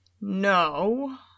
No